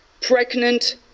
pregnant